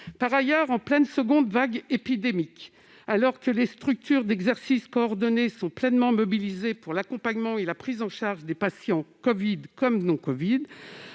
Par ailleurs, en pleine seconde vague épidémique, alors que les structures d'exercice coordonné sont pleinement mobilisées pour l'accompagnement et la prise en charge des patients, covid-19 comme non-covid-19,